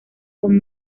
con